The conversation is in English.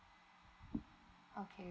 okay